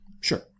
Sure